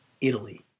Italy